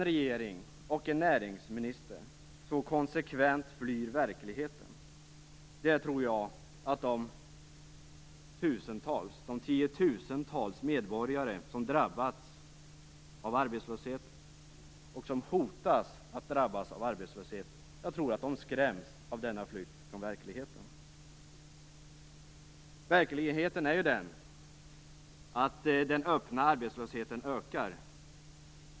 Jag tror att de tiotusentals medborgare som drabbats av arbetslöshet och som hotas av att drabbas av arbetslöshet skräms av att en regering och en näringsminister så konsekvent flyr verkligheten. Verkligheten är ju den att den öppna arbetslösheten ökar.